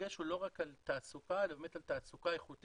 הדגש הוא לא רק על תעסוקה אלא באמת על תעסוקה איכותית,